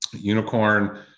Unicorn